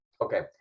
Okay